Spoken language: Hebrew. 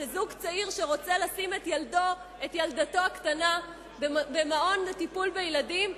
שכשזוג צעיר רוצה לשים את ילדתו הקטנה במעון לטיפול בילדים,